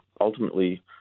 ultimately